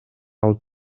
алып